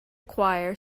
choir